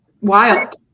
Wild